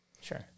sure